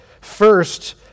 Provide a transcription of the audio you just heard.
First